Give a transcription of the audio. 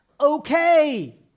okay